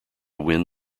win